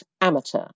amateur